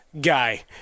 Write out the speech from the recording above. guy